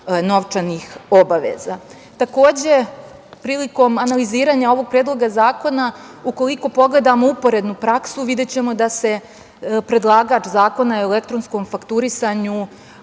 novčanih obaveza. Takođe, prilikom analiziranja ovog Predloga zakona ukoliko pogledamo uporednu praksu videćemo da se predlagač Zakona o elektronskom fakturisanju